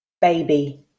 Baby